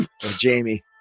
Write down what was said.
Jamie